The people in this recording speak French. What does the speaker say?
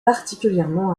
particulièrement